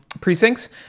precincts